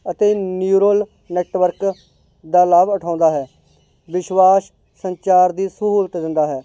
ਅਤੇ neural network ਦਾ ਲਾਭ ਉਠਾਉਂਦਾ ਹੈ ਵਿਸ਼ਵਾਸ ਸੰਚਾਰ ਦੀ ਸਹੂਲਤ ਦਿੰਦਾ ਹੈ